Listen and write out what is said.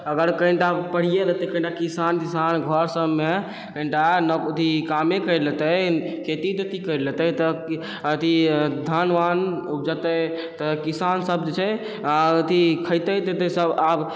अगर कनिटा पढ़िए लेतै कनिटा किसान तिसान घर सबमे कनिटा अथी कामे करि लेतै खेती तेती करि लेतै तऽ अथी धान वान उपजतै तऽ किसान सब जे छै अथी खेतै तेतै सब आब